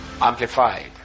Amplified